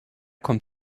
kommt